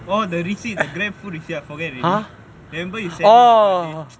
orh the receipt the GrabFood receipt I forget already remember you send me my birthday